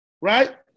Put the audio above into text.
right